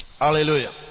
Hallelujah